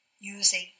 using